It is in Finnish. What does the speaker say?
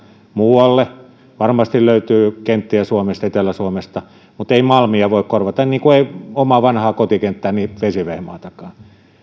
muualle varmasti löytyy kenttiä suomesta etelä suomesta mutta ei malmia voi korvata niin kuin ei omaa vanhaa kotikenttääni vesivehmaatakaan